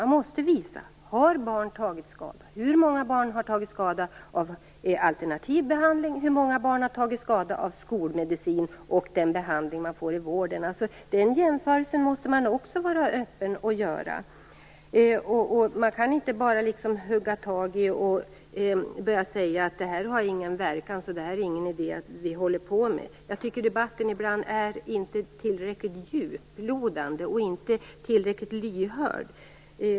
Man måste visa att barn har tagit skada, hur många barn som har tagit skada av alternativ behandling och hur många barn som har tagit skada av skolmedicin och den behandling man får i vården. Man måste vara öppen och göra den jämförelsen också. Man kan inte bara säga att detta inte har någon verkan och att det inte är någon idé att hålla på med detta. Jag tycker att debatten ibland inte är tillräckligt djuplodande och lyhörd.